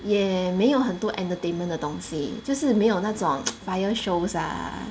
也没有很多 entertainment 的东西就是没有那种 fire shows ah